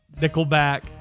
Nickelback